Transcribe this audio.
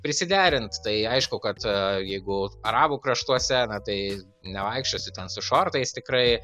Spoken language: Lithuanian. prisiderint tai aišku kad jeigu arabų kraštuose na tai nevaikščiosi ten su šortais tikrai